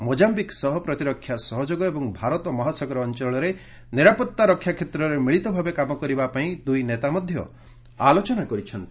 ମୋଟ୍ଟାମ୍ପିକ୍ ସହ ପ୍ରତିରକ୍ଷା ସହଯୋଗ ଏବଂ ଭାରତ ମହାସାଗର ଅଞ୍ଚଳରେ ନିରାପତ୍ତା ରକ୍ଷା କ୍ଷେତ୍ରରେ ମିଳିତ ଭାବେ କାମ କରିବା ପାଇଁ ଦୁଇ ନେତା ମଧ୍ୟ ଆଲୋଚନା କରିଚ୍ଛନ୍ତି